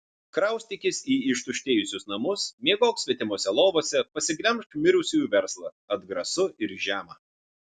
kraustykis į ištuštėjusius namus miegok svetimose lovose pasiglemžk mirusiųjų verslą atgrasu ir žema